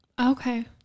okay